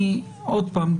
עוד פעם,